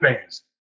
fans